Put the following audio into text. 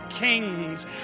kings